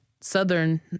southern